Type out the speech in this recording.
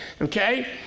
Okay